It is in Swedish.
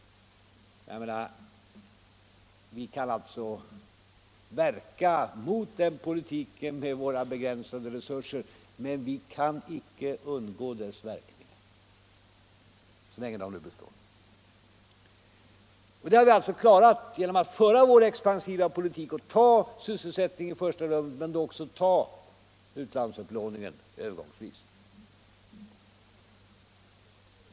Vi kan alltså verka mot den politiken med våra begränsade resurser, men vi kan inte undgå dess verkningar, så länge de nu består. Vi har klarat dessa problem genom att föra vår expansiva politik och ta sysselsättningen i första rummet, men också ta utlandsupplåningen övergångsvis.